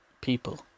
people